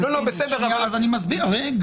או ממשלת ימין ישלטו יותר מקדנציה אחת,